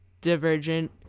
divergent